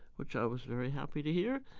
which i was very happy to hear,